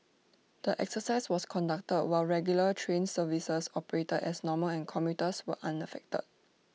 the exercise was conducted while regular train services operated as normal and commuters were unaffected